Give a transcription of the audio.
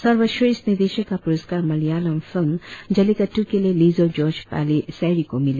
श्रर्वश्रेष्ठ निदेशक का पुरस्कार मलयालम फिल्म जलीकट्टू के लिए लिजो जोज पेलिसेरी को मिला